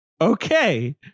okay